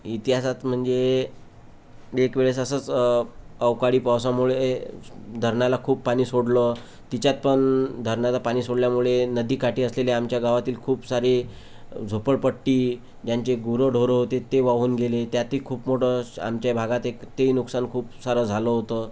इतिहासात म्हणजे एक वेळेस असंच अवकाळी पावसामुळे धरणाला खूप पाणी सोडलं तिच्यात पण धरणाला पाणी सोडल्यामुळे नदी काठी असलेल्या आमच्या गावातील खूप सारे झोपडपट्टी ज्यांचे गुरंढोरं होती ते वाहून गेले त्यात ही खूप मोठं आमच्या भागात एक ते ही नुकसान खूप सारं झालं होतं